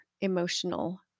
emotional